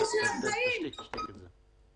אני לא פותח את זה לדיון.